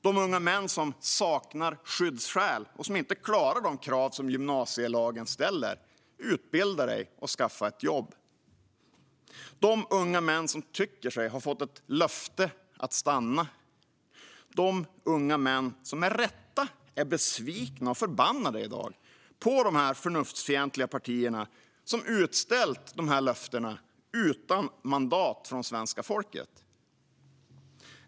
Dessa unga män saknar skyddsskäl och klarar inte de krav som gymnasielagen ställer: utbilda sig och skaffa sig ett jobb. De unga män tycker sig ha fått ett löfte att stanna och är i dag med rätta besvikna och förbannade på de förnuftsfientliga partier som utställt dessa löften utan mandat från svenska folket.